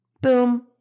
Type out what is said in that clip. Boom